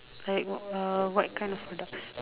like uh what kind of products